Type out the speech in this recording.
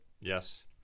Yes